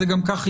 כך זה גם יהיה.